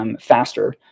Faster